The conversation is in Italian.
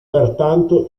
pertanto